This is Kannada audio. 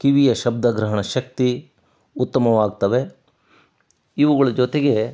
ಕಿವಿಯ ಶಬ್ದಗ್ರಹಣ ಶಕ್ತಿ ಉತ್ತಮವಾಗುತ್ತವೆ ಇವುಗಳ ಜೊತೆಗೆ